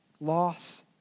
loss